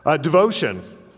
devotion